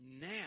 Now